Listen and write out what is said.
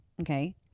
Okay